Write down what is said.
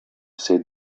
said